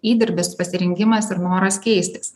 įdirbis pasirengimas ir noras keistis